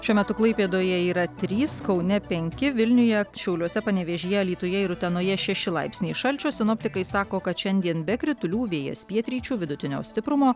šiuo metu klaipėdoje yra trys kaune penki vilniuje šiauliuose panevėžyje alytuje ir utenoje šeši laipsniai šalčio sinoptikai sako kad šiandien be kritulių vėjas pietryčių vidutinio stiprumo